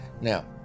now